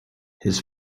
his